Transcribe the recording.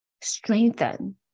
strengthen